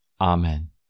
Amen